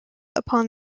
upon